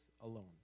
alone